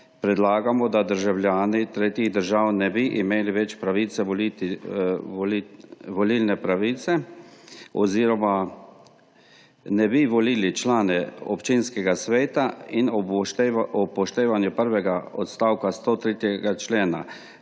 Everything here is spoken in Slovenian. predlagamo, da državljani tretjih držav ne bi imeli več volilne pravice oziroma ne bi volili članov občinskega sveta in ob upoštevanju prvega odstavka 103. člena